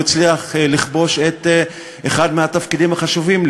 הוא הצליח לכבוש את אחד התפקידים החשובים: